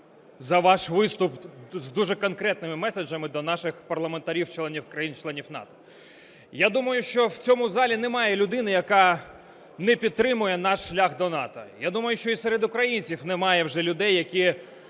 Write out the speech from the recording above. за ваш виступ з дуже конкретними меседжами до наших парламентарів, країн-членів НАТО. Я думаю, що в цьому залі немає людини, яка не підтримує наш шлях до НАТО. Я думаю, що і серед українців немає вже людей, які